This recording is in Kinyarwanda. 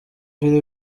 filime